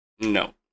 No